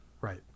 Right